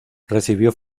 recibió